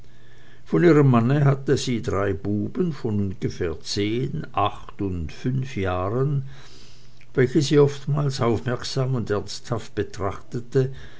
von ihrem manne hatte sie drei buben von ungefähr zehn acht und fünf jahren welche sie oftmals aufmerksam und ernsthaft betrachtete